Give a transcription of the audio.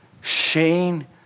Shane